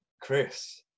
Chris